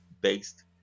based